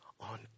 on